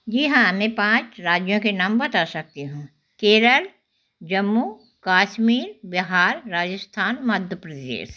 जी हाँ मैं पाँच राज्यों के नाम बता सकती हूँ केरल जम्मू कश्मीर बिहार राजस्थान मध्य प्रदेश